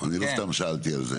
אני לא סתם שאלתי על זה.